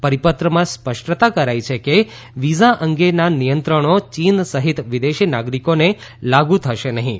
પરિપત્રમાં સ્પષ્ટતા કરાઈ છે કે વિઝા અંગેના નિયંત્રણો ચીન સહિત વિદેશી નાગરિકોને લાગુ થશે નહીં